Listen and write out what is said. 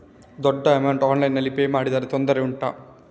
ದೊಡ್ಡ ಅಮೌಂಟ್ ಆನ್ಲೈನ್ನಲ್ಲಿ ಪೇ ಮಾಡಿದ್ರೆ ತೊಂದರೆ ಉಂಟಾ?